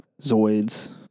Zoids